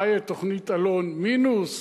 מה יהיה, תוכנית אלון מינוס?